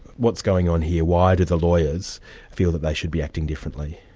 what's going on here, why do the lawyers feel that they should be acting differently?